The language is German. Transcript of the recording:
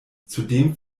zudem